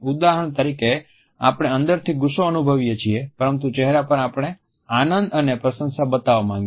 ઉદાહરણ તરીકે આપણે અંદરથી ગુસ્સો અનુભવીએ છીએ પરંતુ ચહેરા પર આપણે આનંદ અને પ્રશંસા બતાવવા માંગીએ છીએ